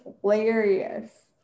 hilarious